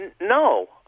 No